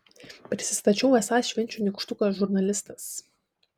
prisistačiau esąs švenčių nykštukas žurnalistas